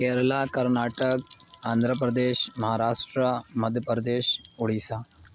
Kerala Karnataka Andhra Pradesh Maharashtra Madhya Pradesh Orissa